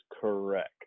correct